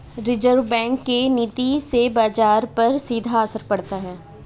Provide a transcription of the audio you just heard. reserve Bank के नीति से बाजार पर सीधा असर पड़ता है